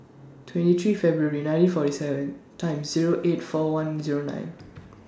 twenty three February nineteen forty seven Time Zero eight four one Zero nine